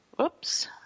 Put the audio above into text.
Oops